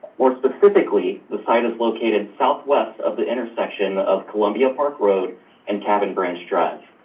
or specifically the site is located southwest of the intersection of columbia park road and kevin branch drive.